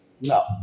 No